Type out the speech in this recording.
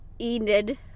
Enid